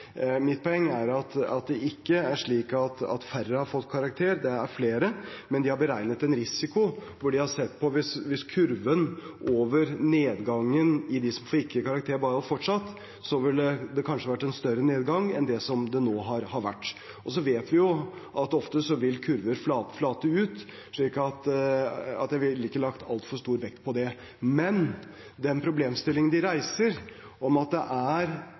Mitt poeng er at det ikke er slik at færre har fått karakter – det er flere. Men det er beregnet en risiko, hvor de har sett på kurven, og hvis kurven over nedgangen blant dem som ikke fikk karakter, bare hadde fortsatt, ville det kanskje vært en større nedgang enn det har vært til nå. Vi vet jo at kurver ofte vil flate ut, så jeg ville ikke lagt altfor stor vekt på det. Men den problemstillingen de reiser, om at det er